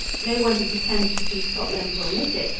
no one who pretends to see scotland will miss it,